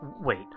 wait